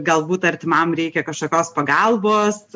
galbūt artimam reikia kažkokios pagalbos